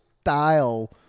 style